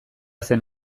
zen